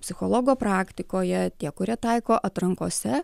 psichologo praktikoje tie kurie taiko atrankose